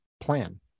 plan